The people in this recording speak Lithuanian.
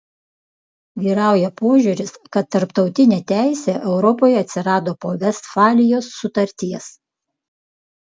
vyrauja požiūris kad tarptautinė teisė europoje atsirado po vestfalijos sutarties